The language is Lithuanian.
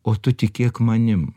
o tu tikėk manim